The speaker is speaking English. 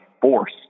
force